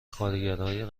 کارگرهای